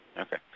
Okay